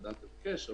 הוועדה תבקש.